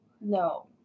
No